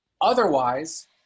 Otherwise